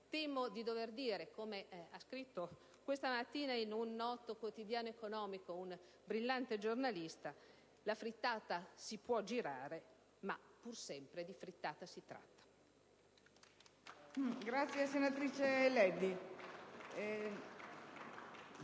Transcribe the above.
temo di dover dire - come ha scritto questa mattina su un noto quotidiano economico un brillante giornalista - «la frittata si può girare, ma pur sempre di frittata si tratta».